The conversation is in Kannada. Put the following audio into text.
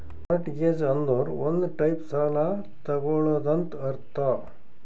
ಮಾರ್ಟ್ಗೆಜ್ ಅಂದುರ್ ಒಂದ್ ಟೈಪ್ ಸಾಲ ತಗೊಳದಂತ್ ಅರ್ಥ